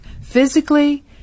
physically